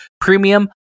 premium